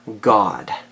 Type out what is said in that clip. God